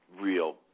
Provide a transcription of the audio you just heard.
real